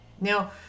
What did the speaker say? Now